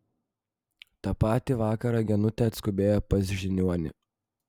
tą patį vakarą genutė atskubėjo pas žiniuonį